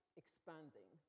expanding